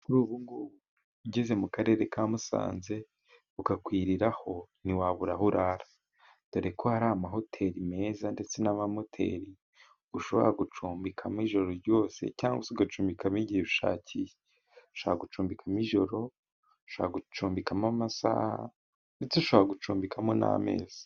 Ugeze mu karere ka musanze bukakwiriraho ntiwabura aho urara, dore ko hari amahoteri meza ndetse n'amamoteri ushobora gucumbikamo ijoro ryose cyangwa se ugacumikamo igihe ushakiye, ushobora gucumbikamo mojoro, ushabora gucumbikamo amasaha, ndetse ushobora gucumbikamo n'amezi.